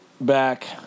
back